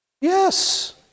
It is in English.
Yes